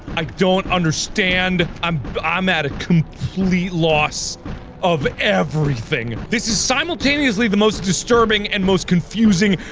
i don't understand i'm i'm at a complete loss of everything. this is simultaneously the most disturbing and most confusing.